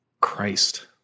Christ